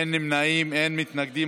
אין נמנעים, אין מתנגדים.